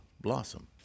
Blossom